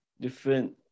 different